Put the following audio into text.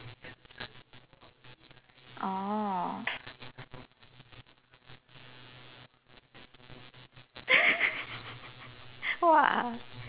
oh !wah!